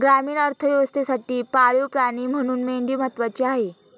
ग्रामीण अर्थव्यवस्थेसाठी पाळीव प्राणी म्हणून मेंढी महत्त्वाची आहे